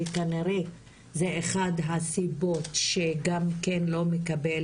וכנראה זו אחת הסיבות שגם כן לא מקבל